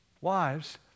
Wives